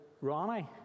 Ronnie